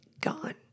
gone